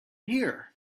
here